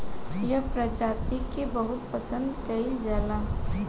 एह प्रजाति के बहुत पसंद कईल जाला